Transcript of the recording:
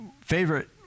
favorite